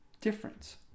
difference